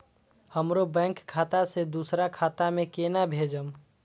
हमरो बैंक खाता से दुसरा खाता में केना भेजम?